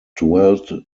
dwelt